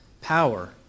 power